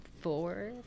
four